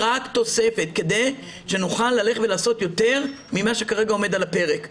רק תוספת כדי שנוכל לעשות יותר מכפי שכרגע עומד על הפרק.